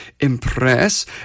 impress